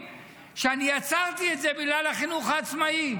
שאני עצרתי את זה בגלל החינוך העצמאי.